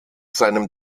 seinem